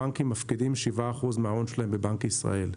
הבנקים מפקידים 7% מההון שלהם בבנק ישראל.